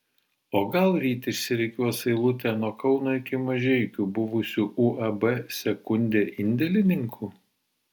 o gal ryt išsirikiuos eilutė nuo kauno iki mažeikių buvusių uab sekundė indėlininkų